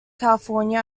california